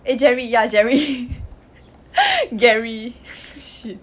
eh jerry ya jerry jerry shit